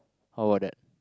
how about that